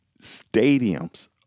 stadiums